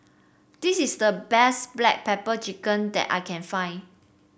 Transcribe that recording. this is the best Black Pepper Chicken that I can find